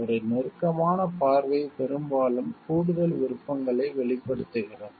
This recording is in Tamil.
ஒரு நெருக்கமான பார்வை பெரும்பாலும் கூடுதல் விருப்பங்களை வெளிப்படுத்துகிறது